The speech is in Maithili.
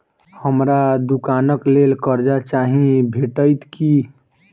हमरा दुकानक लेल कर्जा चाहि भेटइत की?